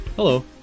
Hello